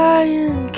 Lion